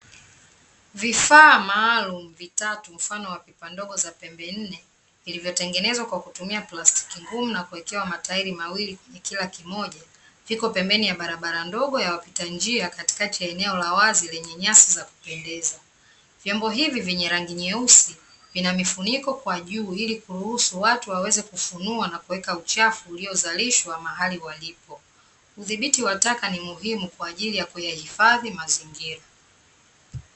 Vifaa maalum vitatu mfano wa pipa ndogo za pembe nne zilizotengenezwa kwa kutumia plastiki ngumu na kuwekewa matairi mawili katika kila kimoja viko pembeni ya barabara ndogo ya wapita njia katikati ya eneo la wazi lenye nyasi za kupendeza, vyombo hivi vyenye rangi nyeusi ina mifuniko kwa juu ili kuruhusu watu waweze kufunua na kuweka uchafu uliozalishwa mahali walipo, udhibiti wa taka ni muhimu kwa ajili ya kuyahifadhi mazingira .